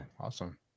awesome